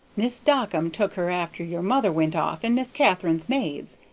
mis' dockum took her after your mother went off, and miss katharine's maids,